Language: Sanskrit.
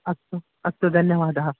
अस्तु अस्तु धन्यवादः